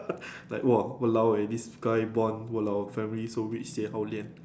like !wah! !walao! eh this guy born !walao! family so rich sibeh hao lian